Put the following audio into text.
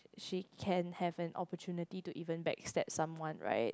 she can have an opportunity to even backstab someone right